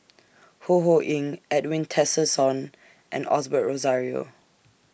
Ho Ho Ying Edwin Tessensohn and Osbert Rozario